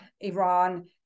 Iran